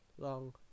long